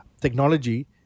technology